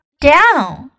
down